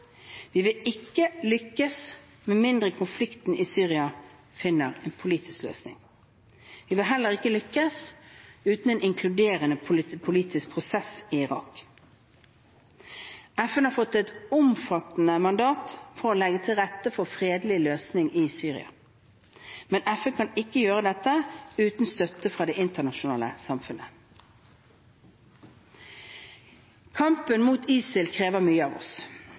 Vi vil ikke lykkes med mindre konflikten i Syria finner en politisk løsning. Vi vil heller ikke lykkes uten en inkluderende politisk prosess i Irak. FN har fått et omfattende mandat for å legge til rette for en fredelig løsning i Syria. Men FN kan ikke gjøre dette uten støtte fra det internasjonale samfunnet. Kampen mot ISIL krever mye av oss.